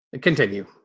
Continue